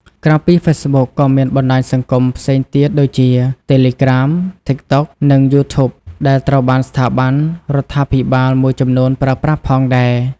ក្រៅពី Facebook ក៏មានបណ្ដាញសង្គមផ្សេងទៀតដូចជា Telegram, TikTok និង YouTube ដែលត្រូវបានស្ថាប័នរដ្ឋាភិបាលមួយចំនួនប្រើប្រាស់ផងដែរ។។